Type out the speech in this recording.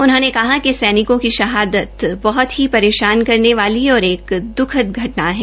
उन्होंने कहा कि सैनिकों की शहादता बहुत ही परेशान करने वाली और एक द्खद घटना है